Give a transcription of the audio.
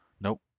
Nope